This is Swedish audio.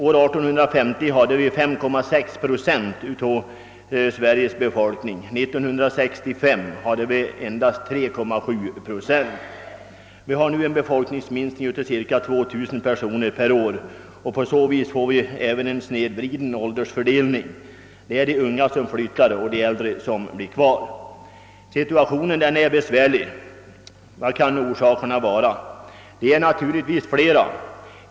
År 1850 hade vi 5,6 procent av Sveriges befolkning men år 1965 endast 3,7 procent. Vi har nu en befolkningsminskning omfattande cirka 2 000 personer per år, och på så vis får vi även en snedvriden åldersfördelning. Det är de unga som flyttar och de äldre som blir kvar. Situationen är besvärlig. Vilka kan orsakerna vara? De är naturligtvis flera.